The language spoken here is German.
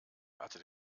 hatte